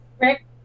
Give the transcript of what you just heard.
Rick